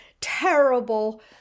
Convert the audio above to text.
terrible